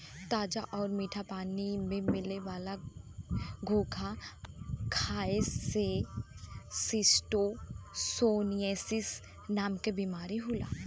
ताजा आउर मीठा पानी में मिले वाला घोंघा खाए से शिस्टोसोमियासिस नाम के बीमारी होला